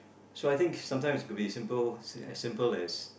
so I think sometimes it could be simple as simple as